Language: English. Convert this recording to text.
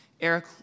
Eric